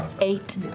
Eight